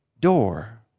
door